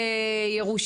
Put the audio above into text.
אדוני,